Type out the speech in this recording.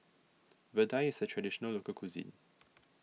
Vadai is a Traditional Local Cuisine